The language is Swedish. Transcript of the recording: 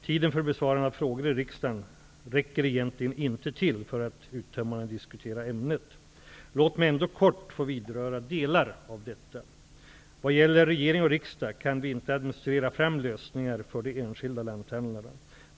Tiden för besvarande av frågor i riksdagen räcker egentligen inte till för att uttömmande diskutera ämnet. Låt mig ändå kort få beröra delar av detta. Vad gäller regering och riksdag kan vi inte administrera lösningar för de enskilda lanthandlarna.